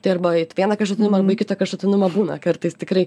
tai arba į vieną kraštutinumą arba į kitą kraštutinumą būna kartais tikrai